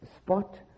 spot